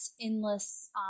endless